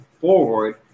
forward